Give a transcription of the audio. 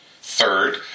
Third